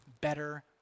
better